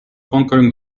conquering